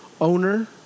owner